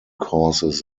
causes